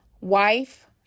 wife